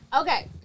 Okay